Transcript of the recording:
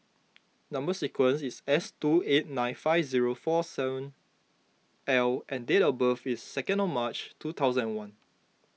Number Sequence is S two eight nine five zero four seven L and date of birth is second of March two thousand and one